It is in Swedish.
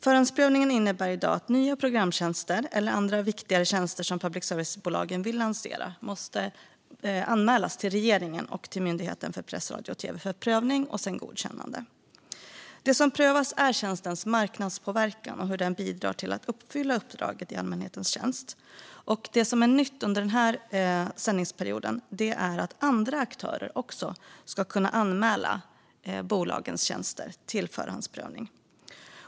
Förhandsprövningen innebär i dag att nya programtjänster eller andra viktigare tjänster som public service-bolagen vill lansera måste anmälas till regeringen och Myndigheten för press, radio och tv för prövning och godkännande. Det som prövas är tjänstens marknadspåverkan och hur den bidrar till att uppfylla uppdraget i allmänhetens tjänst. Det som är nytt under den här sändningsperioden är att andra aktörer också ska kunna anmäla bolagens tjänster till förhandsprövning.